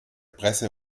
presse